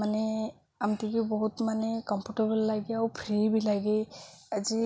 ମାନେ ଏମତିକି ବହୁତ ମାନେ କମ୍ଫର୍ଟେବଲ୍ ଲାଗେ ଆଉ ଫ୍ରି ବି ଲାଗେ ଆଜି